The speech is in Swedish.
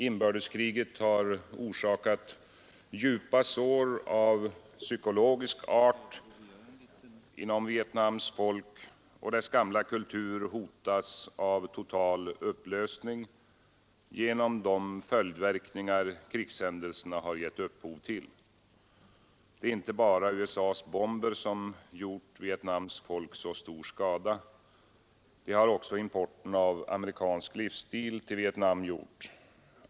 Inbördeskriget har orsakat djupa sår av psykologisk art inom Vietnams folk, och dess gamla kultur hotas av total upplösning genom de följdverkningar krigshändelserna har gett upphov till. Det är inte bara USA:s bomber som gjort Vietnams folk så stor skada, det har också importen av amerikansk livsstil till Vietnam gjort.